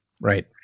Right